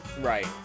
Right